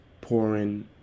pouring